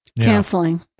Canceling